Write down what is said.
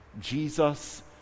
Jesus